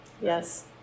yes